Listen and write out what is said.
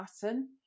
pattern